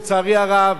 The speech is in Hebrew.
לצערי הרב,